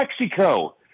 Mexico